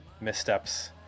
missteps